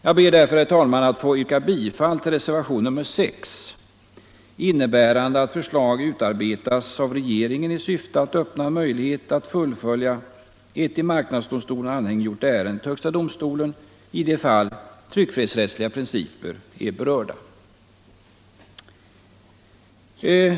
Jag ber därför, herr talman, att få yrka bifall till reservationen 6, innebärande att förslag utarbetas av regeringen i syfte att öppna en möjlighet att fullfölja ett i marknadsdomstolen anhängiggjort ärende till högsta domstolen i de fall tryckfrihetsrättsliga principer är berörda.